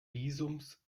visums